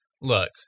Look